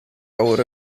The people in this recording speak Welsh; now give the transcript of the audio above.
awr